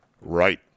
Right